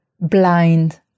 blind